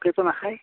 পোকেতো নাখায়